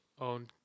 on